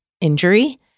injury